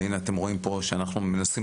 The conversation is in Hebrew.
והינה אתם רואים פה שאנחנו מנסים